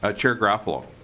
ah chair garofalo.